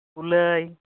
ᱠᱩᱞᱟᱹᱭ